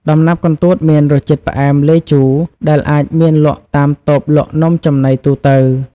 ដំណាប់កន្ទួតមានរសជាតិផ្អែមលាយជូរ ដែលអាចមានលក់តាមតូបលក់នំចំណីទូទៅ។